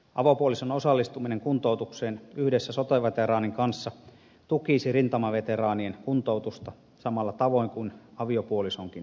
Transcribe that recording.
avopuolison osallistuminen kuntoutukseen yhdessä sotave teraanin kanssa tukisi rintamaveteraanien kuntoutusta samalla tavoin kuin aviopuolisonkin tapauksessa